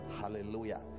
Hallelujah